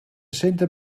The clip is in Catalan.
centra